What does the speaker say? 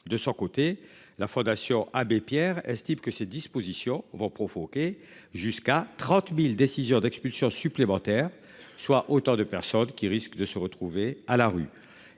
De son côté, la Fondation Abbé Pierre estime que ces dispositions vont provoquer jusqu'à 30.000 décisions d'expulsions supplémentaires soit autant de personnes qui risquent de se retrouver à la rue